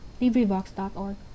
LibriVox.org